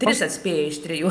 tris atspėja iš trijų